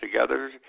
together